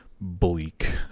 bleak